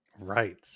Right